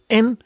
en